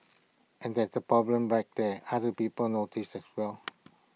and that's the problem right there other people noticed as well